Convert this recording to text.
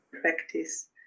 practice